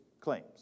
claims